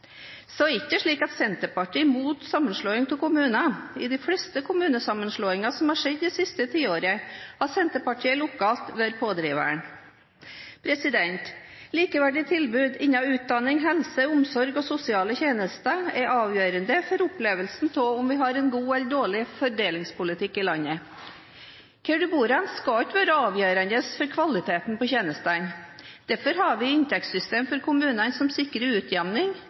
Så er det ikke slik at Senterpartiet er mot sammenslåing av kommuner. I de fleste kommunesammenslåinger som har skjedd det siste tiåret, har Senterpartiet lokalt vært pådriveren. Likeverdige tilbud innen utdanning, helse, omsorg og sosiale tjenester er avgjørende for opplevelsen av om vi har en god eller dårlig fordelingspolitikk i landet. Hvor du bor skal ikke være avgjørende for kvaliteten på tjenestene. Derfor har vi et inntektssystem for kommunene som sikrer